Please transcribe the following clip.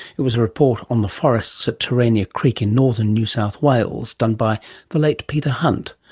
it was a report on the forests at terania creek in northern new south wales done by the late peter hunt,